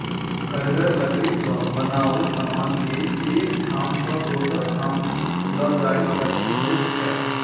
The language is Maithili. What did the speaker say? कड़गर लकड़ी सॅ बनाओल समान के एक ठाम सॅ दोसर ठाम ल जायब कठिन होइत छै